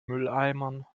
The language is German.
mülleimern